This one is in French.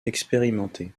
expérimentés